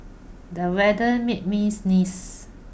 the weather made me sneeze